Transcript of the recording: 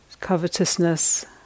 covetousness